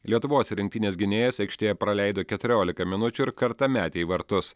lietuvos rinktinės gynėjas aikštėje praleido keturiolika minučių ir kartą metė į vartus